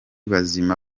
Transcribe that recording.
bazima